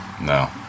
No